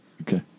Okay